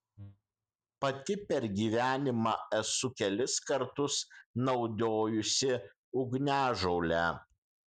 pati per gyvenimą esu kelis kartus naudojusi ugniažolę